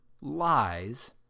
lies